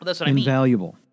invaluable